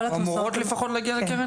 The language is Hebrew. או אמורים לפחות להגיע לקרן?